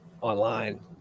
online